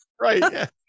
Right